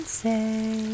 say